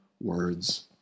words